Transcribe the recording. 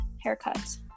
haircut